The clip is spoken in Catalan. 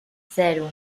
zero